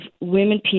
women